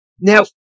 Now